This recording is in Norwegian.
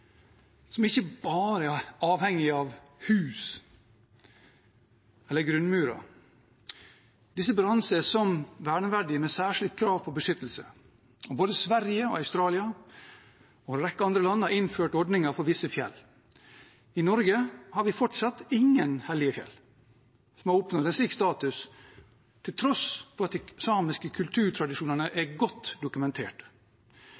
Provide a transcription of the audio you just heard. som ikke bare er avhengige av hus eller grunnmurer. Disse bør anses som verneverdige med særskilt krav på beskyttelse. Både Sverige og Australia og en rekke andre land har innført ordninger for visse fjell. I Norge har vi fortsatt ingen hellige fjell som har oppnådd en slik status, til tross for at de samiske kulturtradisjonene